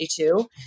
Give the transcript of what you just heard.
1992